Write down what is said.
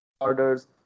orders